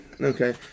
okay